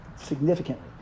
significantly